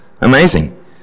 Amazing